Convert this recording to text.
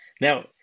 Now